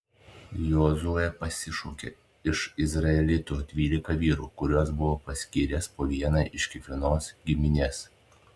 jozuė pasišaukė iš izraelitų dvylika vyrų kuriuos buvo paskyręs po vieną iš kiekvienos giminės